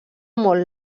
molt